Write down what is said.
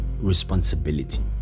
responsibility